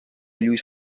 lluís